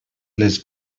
les